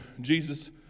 Jesus